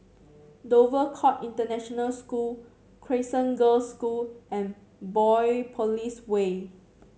Dover Court International School Crescent Girls' School and Biopolis Way